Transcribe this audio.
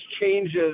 changes